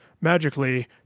magically